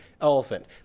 elephant